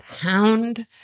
pound